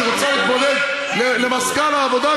שרוצה להתמודד למזכ"לית העבודה,